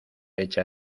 echa